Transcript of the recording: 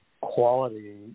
quality